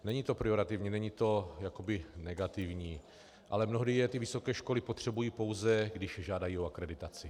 Není to pejorativní, není to jakoby negativní, ale mnohdy je ty vysoké školy potřebují, pouze když žádají o akreditaci.